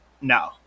no